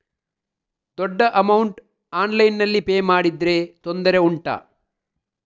ದೊಡ್ಡ ಅಮೌಂಟ್ ಆನ್ಲೈನ್ನಲ್ಲಿ ಪೇ ಮಾಡಿದ್ರೆ ತೊಂದರೆ ಉಂಟಾ?